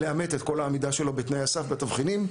לאמת את כל העמידה שלו בתנאי הסף בתבחינים,